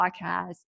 podcast